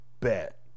bet